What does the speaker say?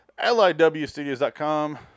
LIWstudios.com